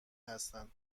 هستن